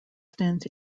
stint